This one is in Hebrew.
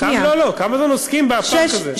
לא, לא, כמה זמן עוסקים בפארק הזה?